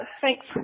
Thanks